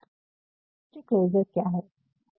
अब complimentary closure क्या है